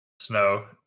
snow